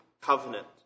covenant